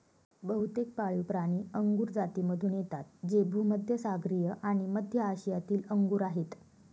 बहुतेक पाळीवप्राणी अंगुर जातीमधून येतात जे भूमध्य सागरीय आणि मध्य आशियातील अंगूर आहेत